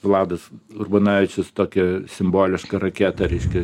vladas urbonavičius tokią simbolišką raketą reiškia